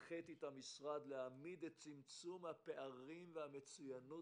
הנחיתי את המשרד להעמיד את צמצום הפערים והמצוינות